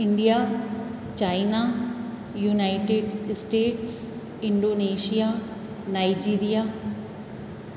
India China United States Indonesia Nigeria